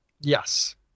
Yes